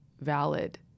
valid